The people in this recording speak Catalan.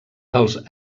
dels